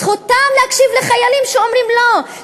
זכותם להקשיב לחיילים שאומרים לא,